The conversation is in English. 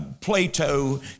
Plato